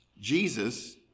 Jesus